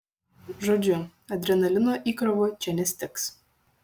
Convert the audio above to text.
žodžiu adrenalino įkrovų čia nestigs